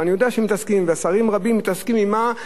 ואני יודע שמתעסקים ושרים רבים מתעסקים עם מה,